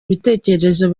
ibitekerezo